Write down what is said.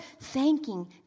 thanking